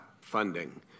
funding